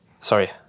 sorry